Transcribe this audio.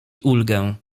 ulgę